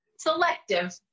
selective